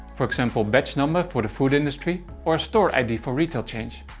for example batch number for the food industry or store id for retail chains.